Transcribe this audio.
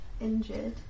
injured